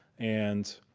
and